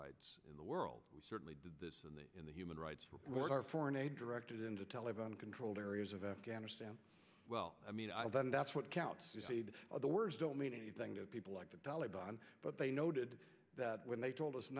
rights in the world certainly did this in the in the human rights report our foreign aid directed into taliban controlled areas of afghanistan well i mean that's what counts the words don't mean anything to people like the taliban but they noted that when they told us